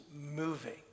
moving